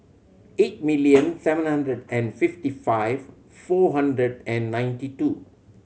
eight million seven hundred and fifty five four hundred and ninety two